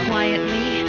Quietly